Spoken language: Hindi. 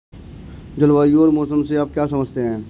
जलवायु और मौसम से आप क्या समझते हैं?